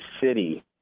City